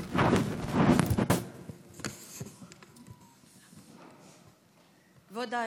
כבוד היושב-ראש,